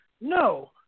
no